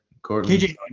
KJ